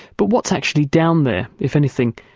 but what's actually down there, if anything,